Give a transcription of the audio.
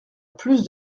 plus